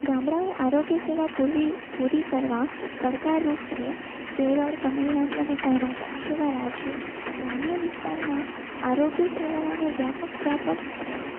ગામડાઓ આરોગ્ય સેવા પૂરી કરવા પડકારરૂપ છે કેરળ તમિલનાડુ અને કર્ણાટક જેવાં રાજ્યો ગ્રામ્ય વિસ્તારમાં આરોગ્ય સેવાઓને વ્યાપક વ્યાપ છે